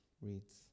Reads